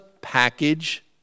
package